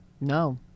No